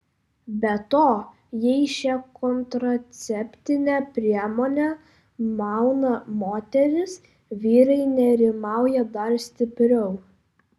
be to jei šią kontraceptinę priemonę mauna moteris vyrai nerimauja dar stipriau